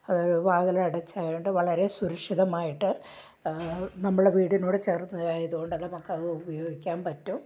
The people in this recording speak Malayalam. അതൊര് വാതിലടച്ചു ആയതുകൊണ്ട് വളരെ സുരക്ഷിതമായിട്ട് നമ്മളുടെ വീടിനോട് ചേർന്നതായത് കൊണ്ട് നമുക്കത് ഉപയോഗിക്കാൻ പറ്റും